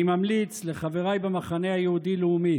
אני ממליץ לחבריי במחנה היהודי-לאומי